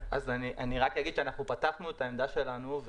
רק אגיד שאנחנו פתחנו את העמדה שלנו,